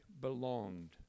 belonged